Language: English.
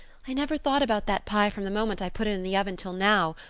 i never thought about that pie from the moment i put it in the oven till now,